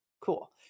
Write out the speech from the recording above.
Cool